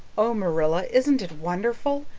oh, marilla, isn't it wonderful?